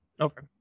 Okay